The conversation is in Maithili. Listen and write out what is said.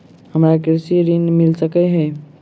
हमरा कृषि ऋण मिल सकै है?